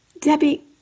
Debbie